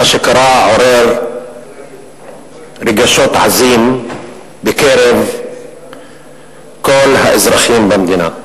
מה שקרה, עורר רגשות עזים בקרב כל האזרחים במדינה.